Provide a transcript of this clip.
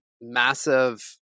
massive